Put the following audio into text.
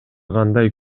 кандай